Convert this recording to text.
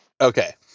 Okay